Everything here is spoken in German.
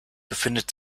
befindet